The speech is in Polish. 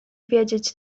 wiedzieć